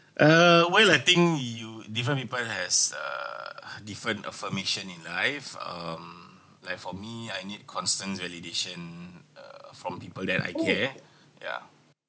uh why I think you different people has uh different affirmation in life um like for me I need constant validation uh from people that I care yeah